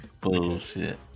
Bullshit